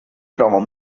trovo